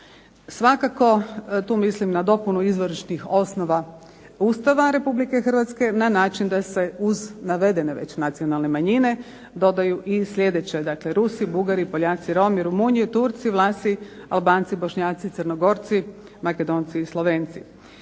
Svakako tu mislim na dopunu izvorišnih osnova Ustava Republike Hrvatske, na način da se uz navedene već nacionalne manjine dodaju i sljedeće, dakle Rusi, Bugari, Poljaci, Romi, Rumunji, Turci, Vlasi, Albanci, Bošnjaci, Crnogorci, Makedonci i Slovenci.